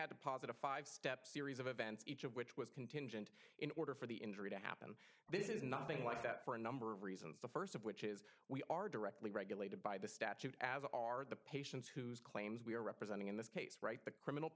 had to posit a five step series of events each of which was contingent in order for the injury to happen this is nothing like that for a number of reasons the first of which is we are directly regulated by the statute as are the patients whose claims we are representing in this case write the criminal